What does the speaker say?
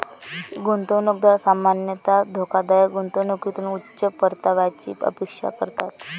गुंतवणूकदार सामान्यतः धोकादायक गुंतवणुकीतून उच्च परताव्याची अपेक्षा करतात